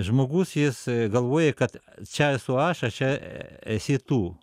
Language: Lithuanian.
žmogus jis galvoja kad čia esu aš a čia esi tu